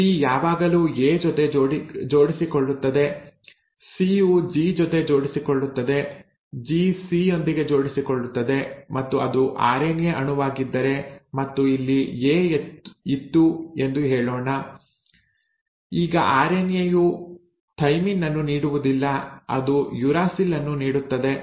T ಯಾವಾಗಲೂ A ಜೊತೆ ಜೋಡಿಸಿಕೊಳ್ಳುತ್ತದೆ ಸಿ ಯು ಜಿ ಜೊತೆ ಜೋಡಿಸಿಕೊಳ್ಳುತ್ತದೆ ಜಿ ಸಿ ಯೊಂದಿಗೆ ಜೋಡಿಸಿಕೊಳ್ಳುತ್ತದೆ ಮತ್ತು ಅದು ಆರ್ಎನ್ಎ ಅಣುವಾಗಿದ್ದರೆ ಮತ್ತು ಇಲ್ಲಿ ಎ ಇತ್ತು ಎಂದು ಹೇಳೋಣ ಈಗ ಆರ್ಎನ್ಎ ಯು ಥೈಮಿನ್ ಅನ್ನು ನೀಡುವುದಿಲ್ಲ ಅದು ಯುರಾಸಿಲ್ ಅನ್ನು ನೀಡುತ್ತದೆ